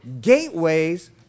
gateways